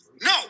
No